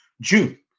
June